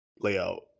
layout